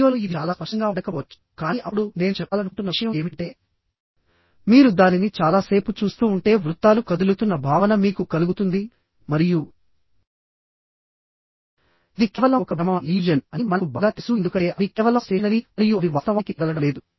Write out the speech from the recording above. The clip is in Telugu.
వీడియోలో ఇది చాలా స్పష్టంగా ఉండకపోవచ్చు కానీ అప్పుడు నేను చెప్పాలనుకుంటున్న విషయం ఏమిటంటే మీరు దానిని చాలా సేపు చూస్తూ ఉంటే వృత్తాలు కదులుతున్న భావన మీకు కలుగుతుంది మరియు ఇది కేవలం ఒక భ్రమ అని మనకు బాగా తెలుసు ఎందుకంటే అవి కేవలం స్టేషనరీ మరియు అవి వాస్తవానికి కదలడం లేదు